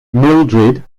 mildrid